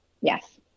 Yes